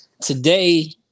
Today